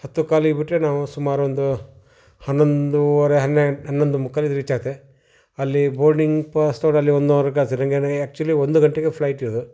ಹತ್ತು ಕಾಲಿಗೆ ಬಿಟ್ಟರೆ ನಾವು ಸುಮಾರೊಂದು ಹನ್ನೊಂದುವರೆ ಹನ್ನೇ ಹನ್ನೊಂದು ಮುಕ್ಕಾಲಿಗೆ ರೀಚ್ ಆಗ್ತೇವೆ ಅಲ್ಲಿ ಬೋರ್ಡಿಂಗ್ ಪಾಸ್ನವರು ಅಲ್ಲಿ ಒನ್ ಹವರ್ ಆಕ್ಚುಲಿ ಒಂದು ಗಂಟೆಗೆ ಫ್ಲೈಟ್ ಇರೋದು